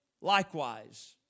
likewise